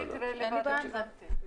אנחנו לא נגד.